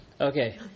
Okay